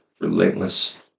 Relentless